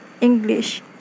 English